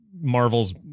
Marvel's